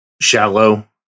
shallow